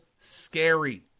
scary